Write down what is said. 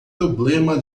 problema